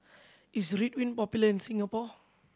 is Ridwind popular in Singapore